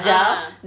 ah